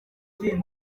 banabaha